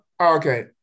Okay